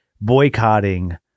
boycotting